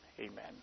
Amen